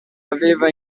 aveva